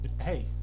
Hey